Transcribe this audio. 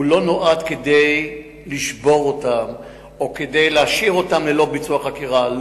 הוא לא נועד כדי לשבור אותם או כדי להשאיר אותם ללא ביצוע חקירה.